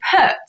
put